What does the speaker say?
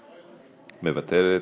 מוותרת,